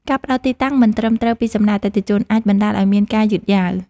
ការផ្ដល់ទីតាំងមិនត្រឹមត្រូវពីសំណាក់អតិថិជន អាចបណ្ដាលឱ្យមានការយឺតយ៉ាវ។